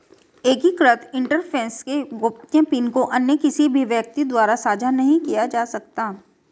एकीकृत इंटरफ़ेस के गोपनीय पिन को अन्य किसी भी व्यक्ति द्वारा साझा नहीं किया जा सकता